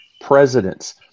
presidents